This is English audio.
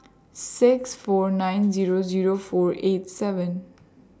six four nine Zero Zero four eight seven